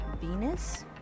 Venus